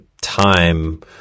time